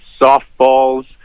softballs